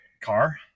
Car